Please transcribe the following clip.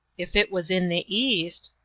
if it was in the east,